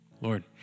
Lord